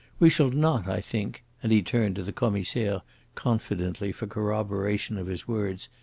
we shall not, i think, and he turned to the commissaire confidently for corroboration of his words,